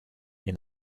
you